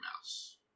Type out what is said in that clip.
mouse